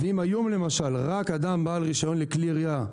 אם היום, למשל, רק אדם בעל רישיון לכלי ירייה,